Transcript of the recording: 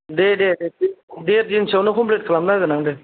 दे दे दे देर दिनसोआवनो कमप्लित खालामना होगोन आं दे